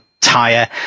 tire